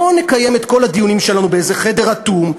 בואו נקיים את כל הדיונים שלנו באיזה חדר אטום,